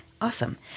Awesome